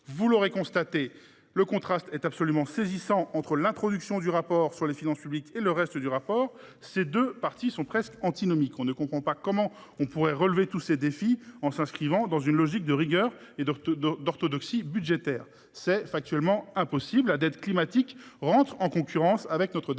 mes chers collègues, le contraste est absolument saisissant entre le chapitre consacré aux finances publiques et le reste du rapport. Ces deux parties sont presque antinomiques ! On ne comprend pas comment on pourrait relever tous ces défis en s’inscrivant dans une logique de rigueur et d’orthodoxie budgétaires : c’est factuellement impossible. La dette climatique entre en concurrence avec notre dette